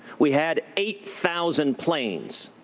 we had eight thousand planes.